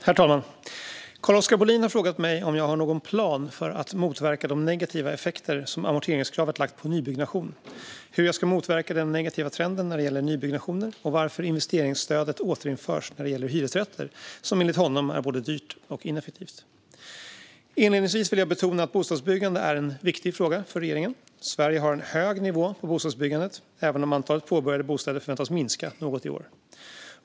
Herr talman! Carl-Oskar Bohlin har frågat mig om jag har någon plan för att motverka de negativa effekter som amorteringskravet lagt på nybyggnationen, hur jag ska motverka den negativa trenden när det gäller nybyggnationer och varför investeringsstödet återinförs när det gäller hyresrätter - något som enligt honom är både dyrt och ineffektivt. Inledningsvis vill jag betona att bostadsbyggande är en viktig fråga för regeringen. Sverige har en hög nivå på bostadsbyggandet, även om antalet påbörjade bostäder förväntas minska något i år.